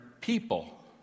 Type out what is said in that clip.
people